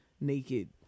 naked